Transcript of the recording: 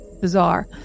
bizarre